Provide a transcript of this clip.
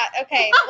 okay